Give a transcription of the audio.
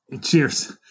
Cheers